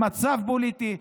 במצב פוליטי,